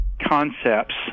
concepts